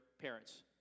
parents